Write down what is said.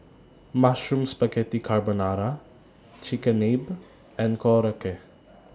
Mushroom Spaghetti Carbonara Chigenabe and Korokke